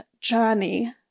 journey